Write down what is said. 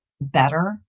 better